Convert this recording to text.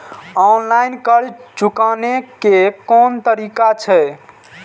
Online कर्ज चुकाने के कोन तरीका छै?